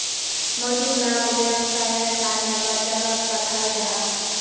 मधु लाक वैव्सायेर तने बाजारोत पठाल जाहा